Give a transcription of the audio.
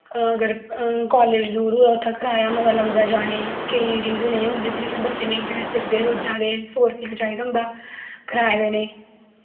college दूर होऐ उत्थै कराया बड़ा लगदा जाने गी केईं रिज़न एह् होंदे जेह्दे कन्नै नेईं जाई सकदे बच्चे रोजा दा सौ रपेआ चाहिदा होंदा कराया देने गी